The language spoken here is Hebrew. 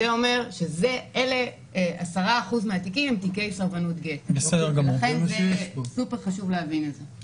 זה אומר ש-10% מהתיקים עם תיקי סרבנות גט ולכן סופר חשוב להבין את זה.